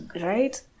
Right